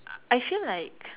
uh I feel like